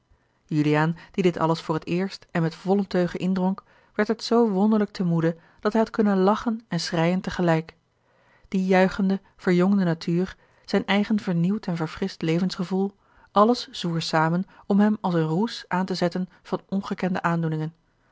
juliaan die dit alles voor t eerst en met volle teugen indronk werd het zoo wonderlijk te moede dat hij had kunnen lachen en schreien tegelijk die juichende verjongde natuur zijn eigen vernieuwd en verfrischt levensgevoel alles zwoer samen om hem als een roes aan te zetten van ongekende aandoeningen